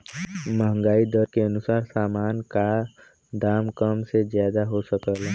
महंगाई दर के अनुसार सामान का दाम कम या ज्यादा हो सकला